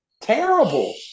Terrible